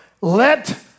let